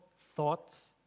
thoughts